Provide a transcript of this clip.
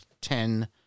ten